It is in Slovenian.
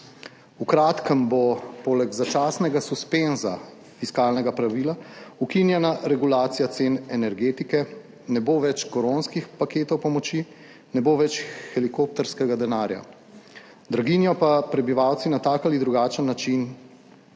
V kratkem bo poleg začasnega suspenza fiskalnega pravila ukinjena regulacija cen energetike. Ne bo več koronskih paketov, pomoči ne bo več helikopterskega denarja. Draginjo pa prebivalci na tak ali drugačen način